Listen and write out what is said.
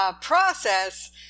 process